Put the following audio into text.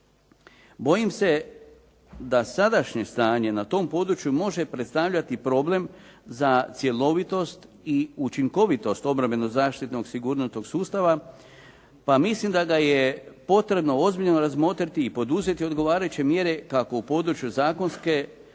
Bojim se da sadašnje stanje na tom području može predstavljati problem za cjelovitost i učinkovitost obrambeno zaštitnog sigurnosnog sustava pa mislim da ga je potrebno ozbiljno razmotriti i poduzeti odgovarajuće mjere kako u području zakonske